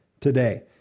today